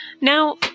Now